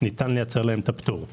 אפשר לייצר להם את הפטור.